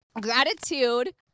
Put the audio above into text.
Gratitude